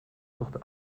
wird